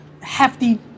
hefty